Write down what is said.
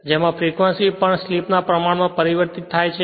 જેમાં ફ્રેક્વંસીપણ સ્લિપ ના પ્રમાણમાં પરિવર્તિત થાય છે